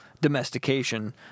domestication